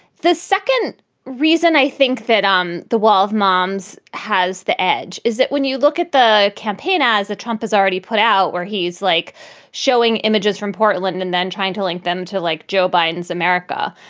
the second reason i think that um the wall of moms has the edge is that when you look at the campaign as a trump has already put out where he is like showing images from port clinton and then trying to link them to like joe biden's america.